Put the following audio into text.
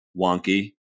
wonky